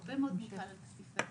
הרבה מאוד מוטל על כתפיהם.